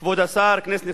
כבוד השר, כנסת נכבדה,